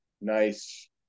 nice